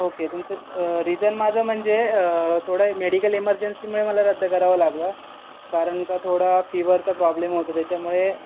okay तुमचं reason माझं म्हणजे थोडं मेडिकल इमर्जन्सीमुळे मला रद्द करावं लागलं कारण का थोडा फीवरचा प्रॉब्लेम होता त्याच्यामुळे